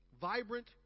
vibrant